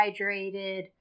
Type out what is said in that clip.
hydrated